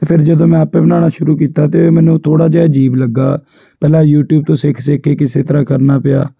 ਅਤੇ ਫੇਰ ਜਦੋਂ ਮੈਂ ਆਪ ਬਣਾਉਣਾ ਸ਼ੁਰੂ ਕੀਤਾ ਤਾਂ ਮੈਨੂੰ ਥੋੜ੍ਹਾ ਅਜਿਹਾ ਅਜੀਬ ਲੱਗਾ ਪਹਿਲਾਂ ਯੂਟਿਊਬ ਤੋਂ ਸਿੱਖ ਸਿੱਖ ਕੇ ਕਿਸੇ ਤਰ੍ਹਾਂ ਕਰਨਾ ਪਿਆ